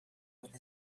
with